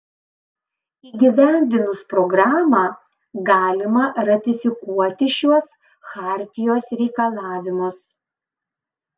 įgyvendinus programą galima ratifikuoti šiuos chartijos reikalavimus